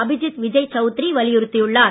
அபிஜித் விஜய் சவுத்திரி வலியுறுத்தியுள்ளார்